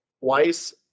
twice